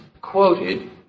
quoted